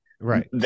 Right